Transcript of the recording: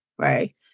right